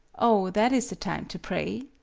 oh, that is the time to pray!